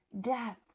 death